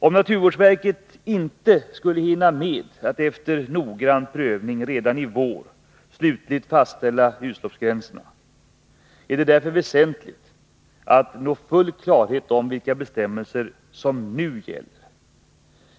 Om naturvårdsverket inte skulle hinna med att efter noggrann prövning redan i vår slutligt fastställa utsläppsgränserna, är det därför väsentligt att nå full klarhet om vilka bestämmelser som nu gäller.